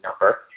number